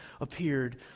appeared